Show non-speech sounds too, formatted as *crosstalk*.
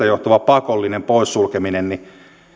*unintelligible* johtuva pakollinen poissulkeminen